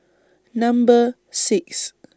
Number six